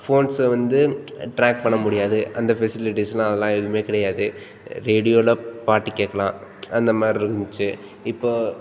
ஃபோன்ஸை வந்து ட்ராக் பண்ண முடியாது அந்த ஃபெசிலிட்டிஸ்செல்லாம் அதெல்லாம் எதுவுமே கிடையாது ரேடியோவில் பாட்டு கேட்கலாம் அந்த மாதிரி இருந்துச்சு இப்போது